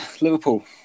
Liverpool